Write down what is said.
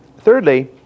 Thirdly